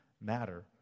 matter